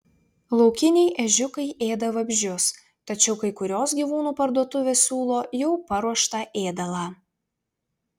laukiniai ežiukai ėda vabzdžius tačiau kai kurios gyvūnų parduotuvės siūlo jau paruoštą ėdalą